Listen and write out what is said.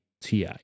Ti